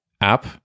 app